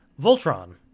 Voltron